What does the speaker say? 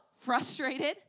frustrated